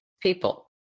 people